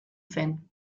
zen